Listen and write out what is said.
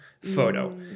photo